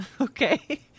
Okay